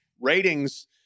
ratings